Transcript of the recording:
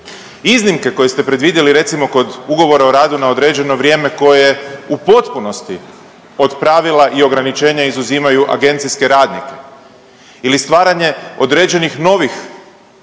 Iznimke koje ste predvidjeli recimo kod ugovora o radu na određeno vrijeme koje u potpunosti od pravila i ograničenja izuzimaju agencijske radnike ili stvaranje određenih novih